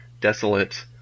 Desolate